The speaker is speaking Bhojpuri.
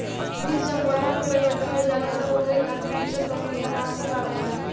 बीज जब पौधा में परिवर्तित हो जाला तब ओकरे खातिर दूसर फंफूदनाशक आवेला